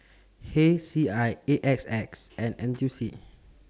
H C I A X S and N T U C